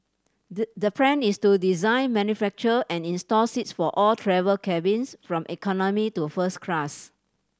the the plan is to design manufacture and install seats for all travel cabins from economy to first class